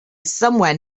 somewhere